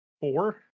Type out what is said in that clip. four